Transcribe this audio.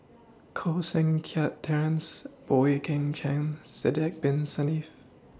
Koh Seng Kiat Terence Boey Kim Cheng Sidek Bin Saniff